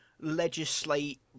legislate